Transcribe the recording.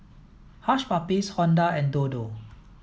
Hush Puppies Honda and Dodo